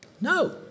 No